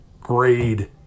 grade